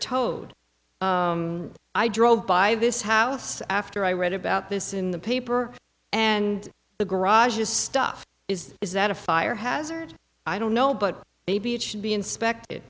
towed i drove by this house after i read about this in the paper and the garage this stuff is is that a fire hazard i don't know but maybe it should be inspected